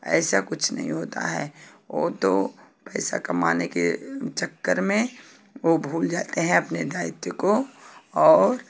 ऐसा कुछ नहीं होता है वो तो पैसा कमाने के चक्कर में वो भूल जाते हैं अपने दायित्व को और